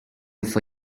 for